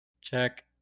Check